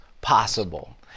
possible